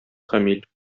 камил